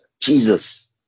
Jesus